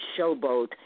Showboat